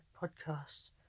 podcast